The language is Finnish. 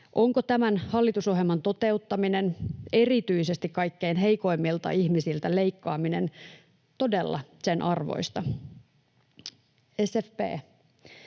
Onko tämän hallitusohjelman toteuttaminen, erityisesti kaikkein heikoimmilta ihmisiltä leikkaaminen, todella sen arvoista? SFP,